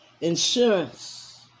insurance